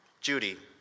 Judy